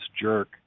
jerk